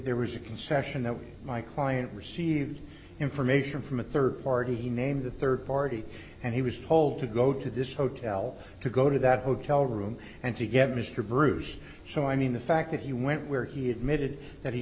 there was a concession that my client received information from a third party he named the third party and he was told to go to this hotel to go to that hotel room and to get mr bruce so i mean the fact that he went where he admitted that he